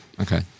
Okay